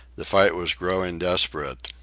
the fight was growing desperate.